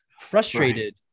frustrated